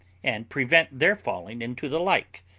and prevent their falling into the like,